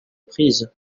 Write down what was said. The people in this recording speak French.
prises